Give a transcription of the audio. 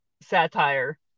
Satire